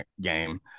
game